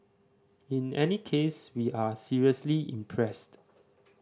in any case we are seriously impressed